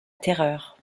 terreur